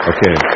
Okay